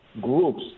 groups